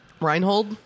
Reinhold